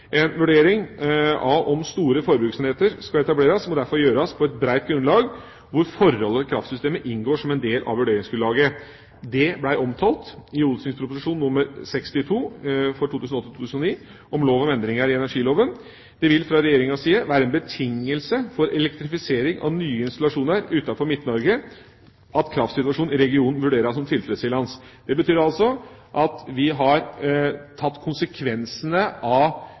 En vurdering av om store forbruksenheter skal etableres, må derfor gjøres på et bredt grunnlag, hvor forholdet til kraftsystemet inngår som en del av vurderingsgrunnlaget. Det ble omtalt i Ot.prp. nr. 62 for 2008–2009 om lov om endringer i energiloven. Det vil fra Regjeringas side være en betingelse for elektrifisering av nye installasjoner utenfor Midt-Norge at kraftsituasjonen i regionen vurderes som tilfredsstillende. Det betyr at vi har tatt konsekvensene av